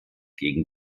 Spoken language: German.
gegen